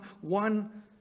one